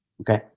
Okay